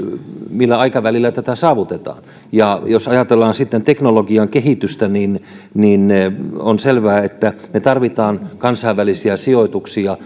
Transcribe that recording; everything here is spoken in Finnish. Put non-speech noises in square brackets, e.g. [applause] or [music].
millä aikavälillä tätä saavutetaan jos ajatellaan sitten teknologian kehitystä niin niin on selvää että me tarvitsemme kansainvälisiä sijoituksia [unintelligible]